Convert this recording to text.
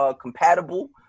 compatible